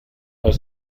are